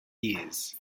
years